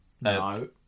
no